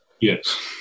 Yes